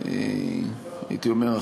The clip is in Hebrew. הייתי אומר,